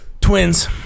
Twins